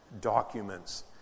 documents